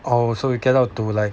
oh so you get out to like